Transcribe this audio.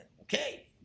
okay